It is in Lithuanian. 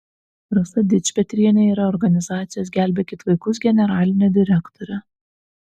rasa dičpetrienė yra organizacijos gelbėkit vaikus generalinė direktorė